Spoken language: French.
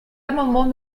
amendement